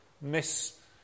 miss